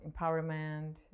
empowerment